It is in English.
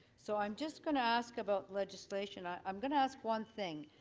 so i'm just going to ask about legislation, i'm going to ask one thing.